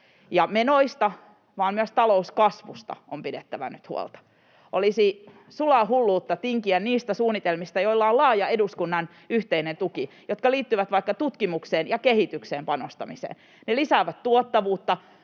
ja menoista, vaan myös talouskasvusta on pidettävä nyt huolta. Olisi sulaa hulluutta tinkiä niistä suunnitelmista, joilla on laaja eduskunnan yhteinen tuki, jotka liittyvät vaikka tutkimukseen ja kehitykseen panostamiseen. Ne lisäävät tuottavuutta